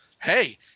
Hey